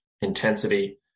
intensity